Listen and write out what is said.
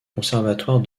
conservatoire